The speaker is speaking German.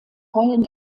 rollen